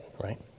Right